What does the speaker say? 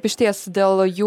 išties dėl jų